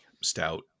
stout